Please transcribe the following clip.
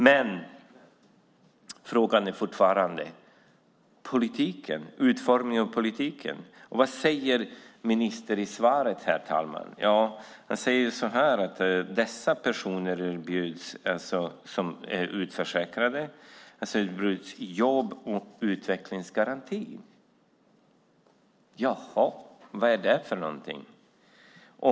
Men frågan är fortfarande utformningen av politiken. Vad säger ministern i svaret? Han säger att de som är utförsäkrade erbjuds jobb och utvecklingsgaranti. Jaha, vad är det för något?